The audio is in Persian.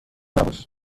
نباش